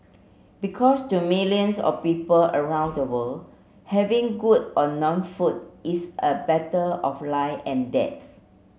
because to millions of people around the world having good or no food is a matter of life and death